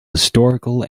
historical